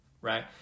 right